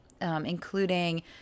including